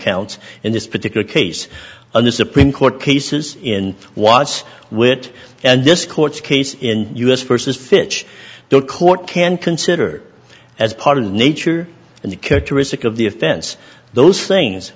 counts in this particular case in the supreme court cases in watts wit and this court's case in u s vs fitch the court can consider as part of nature and the characteristic of the offense those things